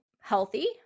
healthy